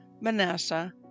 Manasseh